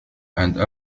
and